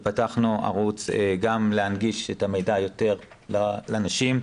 פתחנו ערוץ גם כדי להנגיש יותר את המידע לנשים,